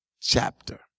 chapter